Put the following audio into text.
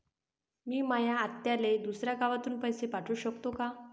मी माया आत्याले दुसऱ्या गावातून पैसे पाठू शकतो का?